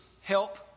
help